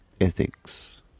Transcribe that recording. ethics